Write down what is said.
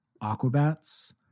aquabats